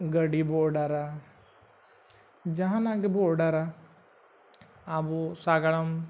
ᱜᱟᱹᱰᱤ ᱵᱚ ᱚᱰᱟᱨᱟ ᱡᱟᱦᱟᱱᱜ ᱜᱮᱵᱚ ᱚᱰᱟᱨᱟ ᱟᱵᱚ ᱥᱟᱸᱜᱟᱲᱚᱢ